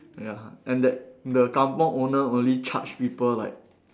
ya and that the kampung owner only charge people like